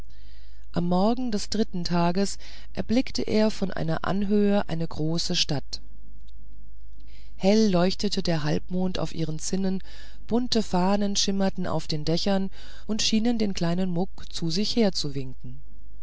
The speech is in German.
am morgen des dritten tages erblickte er von einer anhöhe eine große stadt hell leuchtete der halbmond auf ihren zinnen bunte fahnen schimmerten auf den dächern und schienen den kleinen muck zu sich